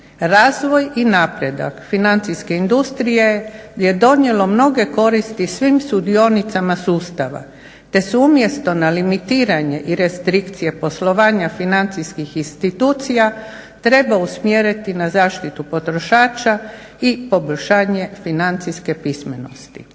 Razvoj i napredak financijske industrije je donijelo mnoge koristi svim sudionicama sustava te se umjesto na limitiranje i restrikcije poslovanja financijskih institucija treba usmjeriti na zaštitu potrošača i poboljšanje financijske pismenosti.